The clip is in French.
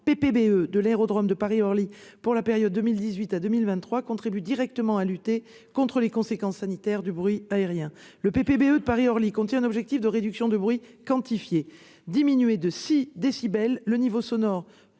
le PPBE de l'aérodrome de Paris-Orly pour la période allant de 2018 à 2023 contribuent directement à lutter contre les conséquences sanitaires du bruit aérien. Le PPBE de Paris-Orly contient un objectif de réduction de bruit quantifié : diminuer de six décibels le niveau sonore